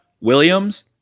Williams